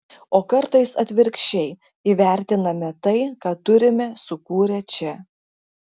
o kartais atvirkščiai įvertiname tai ką turime sukūrę čia